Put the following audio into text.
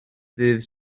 ddydd